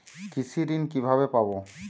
কৃষি ঋন কিভাবে পাব?